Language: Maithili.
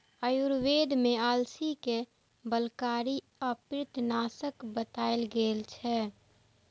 आयुर्वेद मे अलसी कें बलकारी आ पित्तनाशक बताएल गेल छै